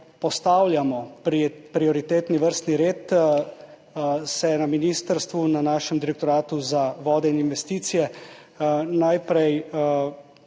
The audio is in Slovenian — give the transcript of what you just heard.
postavljamo prioritetni vrstni red, se na ministrstvu, na našem Direktoratu za vode in investicije najprej